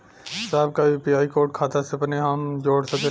साहब का UPI code खाता से अपने हम जोड़ सकेला?